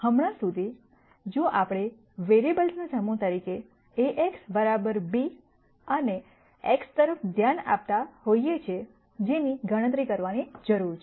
હમણાં સુધી જો આપણે વેરીએબ્લસના સમૂહ તરીકે a X b અને X તરફ ધ્યાન આપતા હોઈએ છીએ જેની ગણતરી કરવાની જરૂર છે